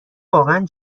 واقعا